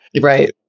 Right